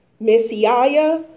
messiah